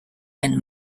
and